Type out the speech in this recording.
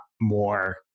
more